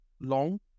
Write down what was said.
long